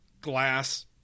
glass